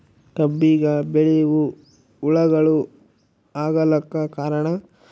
ಕಬ್ಬಿಗ ಬಿಳಿವು ಹುಳಾಗಳು ಆಗಲಕ್ಕ ಕಾರಣ?